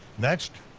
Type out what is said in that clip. next,